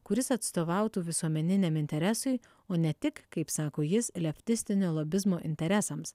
kuris atstovautų visuomeniniam interesui o ne tik kaip sako jis leftistinio lobizmo interesams